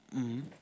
mmhmm